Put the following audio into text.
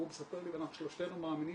והוא מספר לי ואנחנו שלושתנו מאמינים